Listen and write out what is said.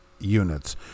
units